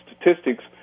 statistics